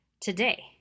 today